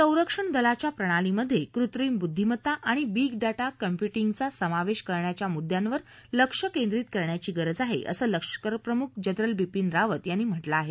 संरक्षण दलाच्या प्रणालीमध्ये कृत्रिम बुद्दीमत्ता आणि बिग डाटा काँम्प्युटींगचा समावेश करण्याच्या मुद्यांवर लक्ष केंद्रीत करण्याची गरज आहे असं लष्करप्रमुख जनरल बिपीन रावत यांनी म्हटलं आहे